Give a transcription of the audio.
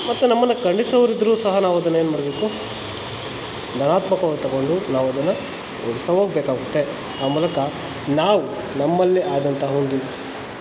ಮತ್ತು ನಮ್ಮನ್ನು ಖಂಡಿಸೋರಿದ್ರೂ ಸಹ ನಾವದನ್ನು ಏನು ಮಾಡಬೇಕು ಧನಾತ್ಮಕವಾಗಿ ತಗೊಂಡು ನಾವದನ್ನು ಹೋಗ್ಬೇಕಾಗುತ್ತೆ ಆ ಮೂಲಕ ನಾವು ನಮ್ಮಲ್ಲಿ ಆದಂತಹ ಒಂದು